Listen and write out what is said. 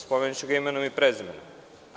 Spominjaću ga imenom i prezimenom.